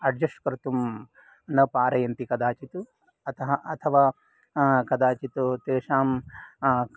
adjust कर्तुं न पारयन्ति कदाचित् अतः अथवा कदाचित् तेषां